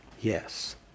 Yes